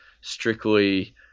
strictly –